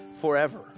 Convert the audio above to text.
forever